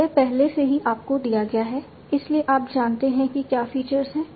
यह पहले से ही आपको दिया गया है इसलिए आप जानते हैं कि क्या फीचर्स हैं